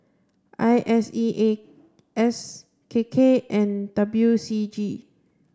I S E A S K K and W C G